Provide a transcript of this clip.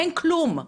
אין כלום,